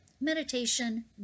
meditation